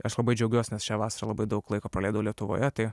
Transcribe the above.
aš labai džiaugiuos nes šią vasarą labai daug laiko praleidau lietuvoje tai